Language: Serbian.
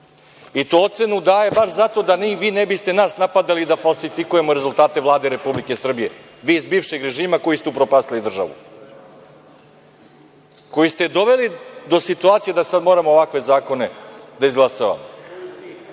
i to ocenu daje baš zato da vi ne biste nas napadali da falsifikujemo rezultate Vlade Republike Srbije, vi iz bivšeg režima koji ste upropastili državu, koji ste je doveli do situacije da sada moramo ovakve zakone da izglasavamo